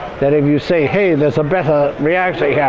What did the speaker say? that if you say hey there's a better reactor here.